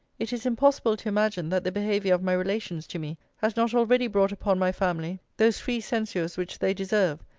it is impossible to imagine that the behaviour of my relations to me has not already brought upon my family those free censures which they deserve,